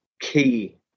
key